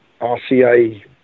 RCA